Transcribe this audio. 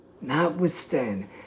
notwithstanding